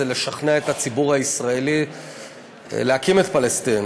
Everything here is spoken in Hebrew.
לשכנע את הציבור הישראלי להקים את פלסטין.